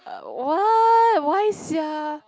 uh why why sia